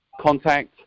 contact